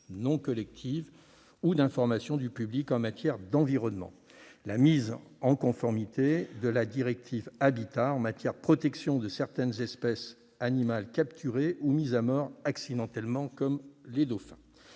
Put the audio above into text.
non collectif ou d'information du public en matière d'environnement, la mise en conformité de notre réglementation avec la directive Habitat en matière de protection de certaines espèces animales capturées ou mises à mort accidentellement, comme les dauphins.